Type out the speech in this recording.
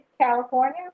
California